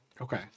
Okay